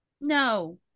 no